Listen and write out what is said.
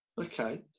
Okay